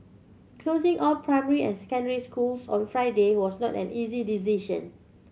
closing all primary and secondary schools on Friday was not an easy decision